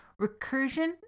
Recursion